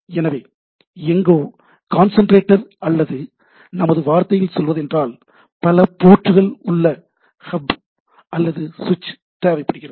எனவே எங்கோ கான்சண்ட்ரேட்டர் அல்லது நாம் நமது வார்த்தையில் சொல்வதென்றால் பல போர்ட்கள் உள்ள ஹப் அல்லது சுவிட்ச் தேவைப்படுகிறது